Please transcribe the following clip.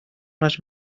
les